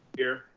here.